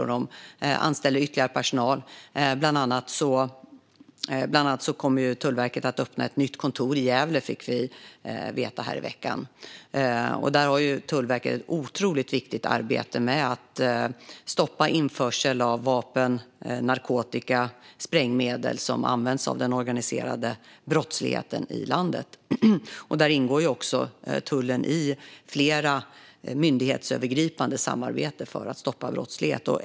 Man anställer ytterligare personal, och i veckan fick vi veta att Tullverket kommer att öppna ett nytt kontor i Gävle. Tullverket har ett otroligt viktigt arbete med att stoppa införsel av vapen, narkotika och sprängmedel som används av den organiserade brottsligheten i landet. Tullen ingår i flera myndighetsövergripande samarbeten för att stoppa brottslighet.